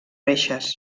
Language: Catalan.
reixes